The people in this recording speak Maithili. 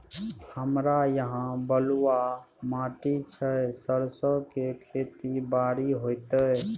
हमरा यहाँ बलूआ माटी छै सरसो के खेती बारी होते?